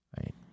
Right